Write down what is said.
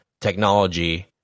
technology